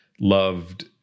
Loved